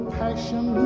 passion